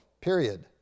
period